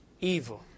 evil